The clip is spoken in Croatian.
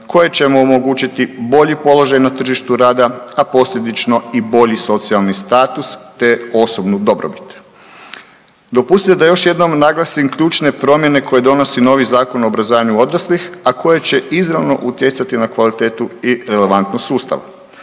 koje će mu omogućiti bolji položaj na tržištu rada, a posljedično i bolji socijalni status te osobnu dobrobit. Dopustite da još jednom naglasim ključne promjene koje donosi novi Zakon o obrazovanju odraslih, a koje će izravno utjecati na kvalitetu i relevantnost sustava.